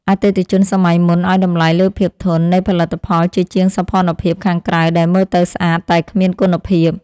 អតិថិជនសម័យមុនឱ្យតម្លៃលើភាពធន់នៃផលិតផលជាជាងសោភ័ណភាពខាងក្រៅដែលមើលទៅស្អាតតែគ្មានគុណភាព។